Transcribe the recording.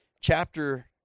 chapter